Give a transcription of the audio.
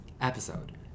episode